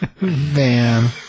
man